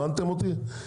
הבנתם אותי?